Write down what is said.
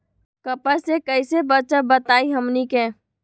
कपस से कईसे बचब बताई हमनी के?